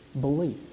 belief